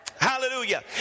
Hallelujah